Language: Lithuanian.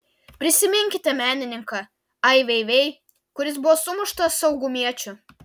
prisiminkite menininką ai vei vei kuris buvo sumuštas saugumiečių